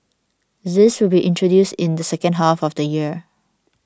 this will be introduced in the second half of the year